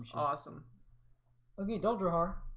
awesome okay, don't drew har.